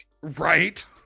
right